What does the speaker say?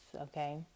okay